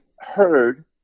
heard